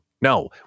no